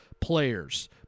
players